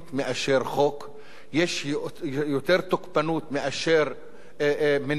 יש יותר תוקפנות מאשר מניעת שיתוף פעולה עם הטרור,